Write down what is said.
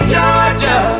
Georgia